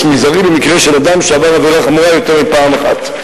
מזערי במקרה של אדם שעבר עבירה חמורה יותר מפעם אחת.